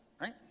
Right